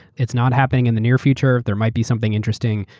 it's not happening in the near future. there might be something interesting.